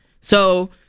So-